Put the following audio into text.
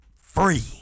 free